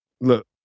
Look